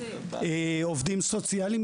עובדים סוציאליים,